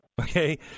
okay